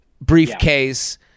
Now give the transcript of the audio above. briefcase –